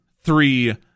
three